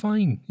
Fine